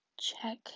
check